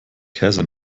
käse